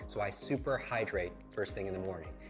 so i super hydrate first thing in the morning.